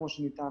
כמו שנטען,